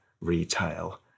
retail